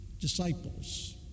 disciples